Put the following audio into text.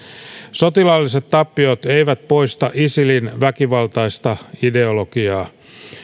sotilaalliset tappiot eivät poista isilin väkivaltaista ideologiaa